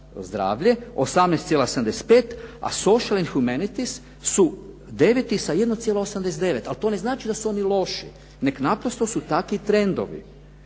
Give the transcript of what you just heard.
zdravlje, 18,75, a Social Humanities su deveti sa 1,89, ali to ne znači da su oni loši nego naprosto su takvi trendovi.